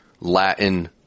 Latin